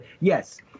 Yes